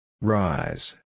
Rise